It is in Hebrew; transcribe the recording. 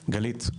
גלית,